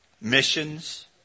missions